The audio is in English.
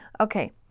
Okay